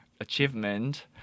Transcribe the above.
achievement